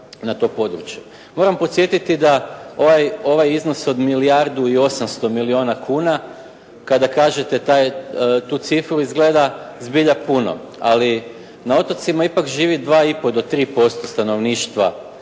Moram podsjetiti da ovaj iznos od milijardu i 800 milijuna kuna, kada kažete tu cifru izgleda zbilja puno, ali na otocima ipak živi 2,5 do 3% stanovništva